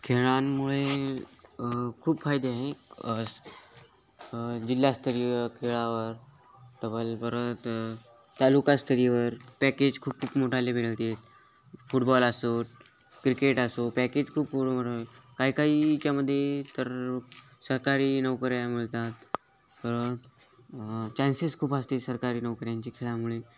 खेळांमुळे खूप फायदे आहे स् जिल्हास्तरीय खेळावर टबल परत तालुकास्तरीयवर पॅकेज खूप खूप मोठाले मिळते फुटबॉल असो क्रिकेट असो पॅकेज खूप कोरो कोरो काई काहीच्या मध्ये तर सरकारी नोकऱ्या मिळतात परत चान्सेस खूप असते सरकारी नोकऱ्यांची खेळामुळे